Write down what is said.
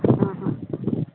हा हा